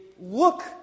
look